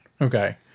Okay